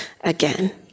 again